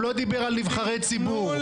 הוא לא דיבר על נבחרי ציבור.